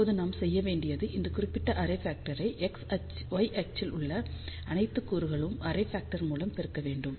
இப்போது நாம் செய்ய வேண்டியது இந்த குறிப்பிட்ட அரே ஃபக்டரை y அச்சில் உள்ள அனைத்து கூறுகளின் அரே ஃபக்டர் மூலம் பெருக்க வேண்டும்